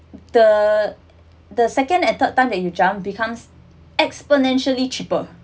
the the second and third time that you jump becomes exponentially cheaper